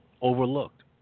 overlooked